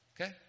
okay